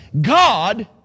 God